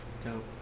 Dope